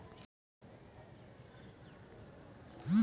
मुर्गी फार्म कैसे तैयार किया जाता है?